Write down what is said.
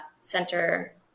Center